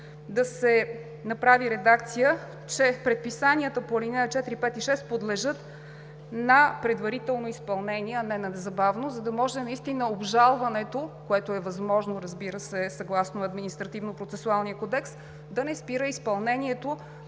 да се направи редакция, че предписанията по ал. 4, 5 и 6 подлежат на „предварително изпълнение“, а не „на незабавно“, за да може наистина обжалването, което е възможно, разбира се, съгласно Административнопроцесуалния кодекс, да не спира изпълнението,